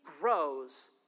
grows